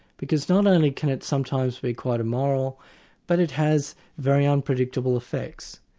because not only can it sometimes be quite immoral but it has very unpredictable effects,